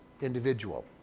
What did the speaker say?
individual